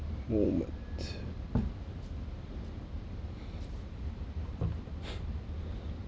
more works